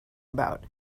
about